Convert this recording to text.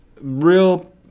real